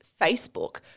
Facebook